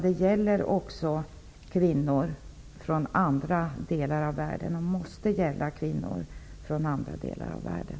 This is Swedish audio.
Det måste också gälla kvinnor från andra delar av världen.